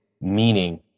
meaning